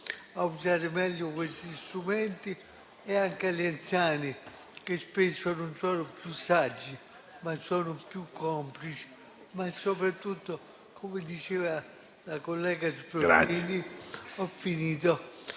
a usare meglio questi strumenti e che si insegni anche agli anziani, che spesso non sono più saggi ma sono più complici, ma soprattutto - come diceva la collega Sbrollini - creiamo